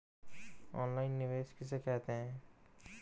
Online निवेश किसे कहते हैं?